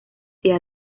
cine